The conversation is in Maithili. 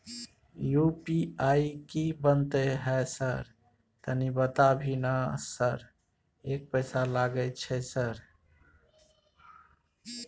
यु.पी.आई की बनते है सर तनी बता भी ना सर एक पैसा लागे छै सर?